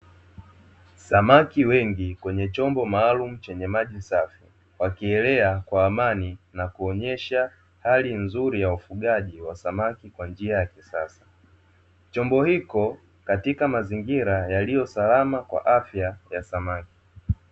Samaki wengi kwenye chomba maalum chenye maji safi wakielea kwa amani na kuonyesha hali nzuri ya ufugaji wa samaki kwa njia ya kisasa, chombo hiko katika mazingira yaliyo salama kwa afya ya samaki.